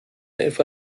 etwa